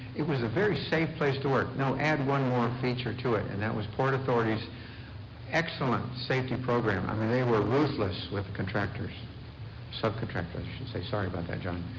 it was a very safe place to work. now, add one more feature to it and that was port authority's excellent safety program. i mean, they were ruthless with contractors subcontracting i should say. sorry about that john.